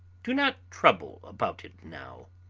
do not trouble about it now.